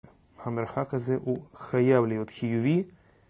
המרחק הזה הוא חייב להיות חיובי